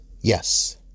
Yes